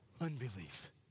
unbelief